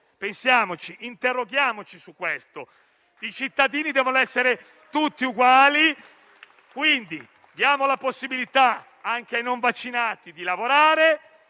Pensiamoci. Interroghiamoci su questo. I cittadini devono essere tutti uguali. Quindi, diamo la possibilità anche ai non vaccinati di lavorare